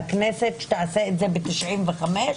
שהכנסת הייתה עושה את זה בשנת 95,